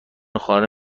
خانه